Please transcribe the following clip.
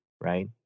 right